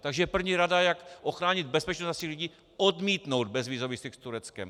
Takže první rada, jak ochránit bezpečnost našich lidí, je odmítnout bezvízový styk s Tureckem.